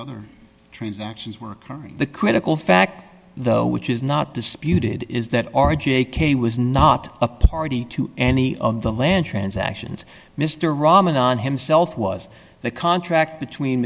other transactions were coming the critical fact though which is not disputed is that r j k was not a party to any of the land transactions mr ramadan himself was the contract between